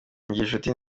ngirinshuti